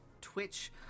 Twitch